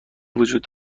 وجود